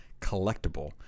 collectible